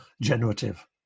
generative